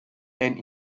and